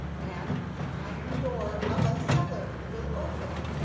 and the iron door of a cellar will open.